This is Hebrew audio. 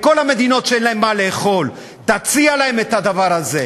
שיכולה להאכיל את כל העולם,